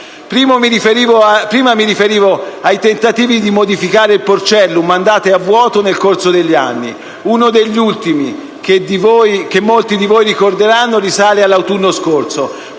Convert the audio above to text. Prima mi riferivo ai tentativi di modificare il porcellum andati a vuoto nel corso degli anni. Uno degli ultimi, che molti di voi ricorderanno, risale all'autunno scorso,